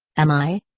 am i?